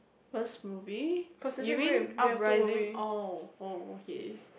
first movie you mean Uprising oh oh okay